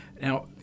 Now